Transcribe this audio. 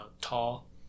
tall